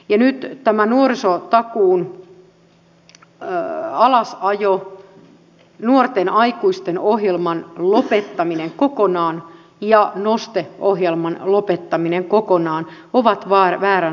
nyt tämä nuorisotakuun alasajo nuorten aikuisten ohjelman lopettaminen kokonaan ja noste ohjelman lopettaminen kokonaan ovat vääränsuuntaisia liikkeitä